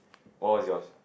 what what's yours